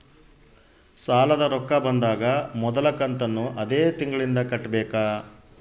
ಸಾಲದ ರೊಕ್ಕ ಬಂದಾಗ ಮೊದಲ ಕಂತನ್ನು ಅದೇ ತಿಂಗಳಿಂದ ಕಟ್ಟಬೇಕಾ?